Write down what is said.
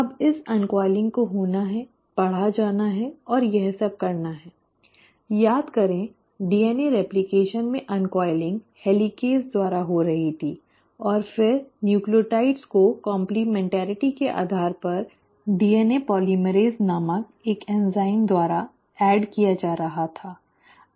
अब इस अन्कॉइलिंग को होना है पढ़ा जाना है और यह सब करना है याद करें DNA रेप्लकेशन में अन्कॉइलिंग हेलिकेज़ द्वारा हो रही थी और फिर न्यूक्लियोटाइड्स को काम्प्लिमेन्टैरिटी के आधार पर डीएनए पोलीमरेज़ नामक एक एंजाइम द्वारा जोड़ा जा रहा था